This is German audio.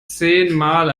zehnmal